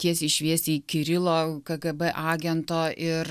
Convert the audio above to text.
tiesiai šviesiai kirilo kgb agento ir